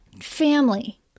family